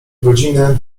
godzinę